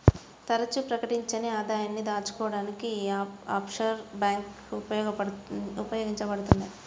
తరచుగా ప్రకటించని ఆదాయాన్ని దాచుకోడానికి యీ ఆఫ్షోర్ బ్యేంకులు ఉపయోగించబడతయ్